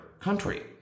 country